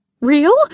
Real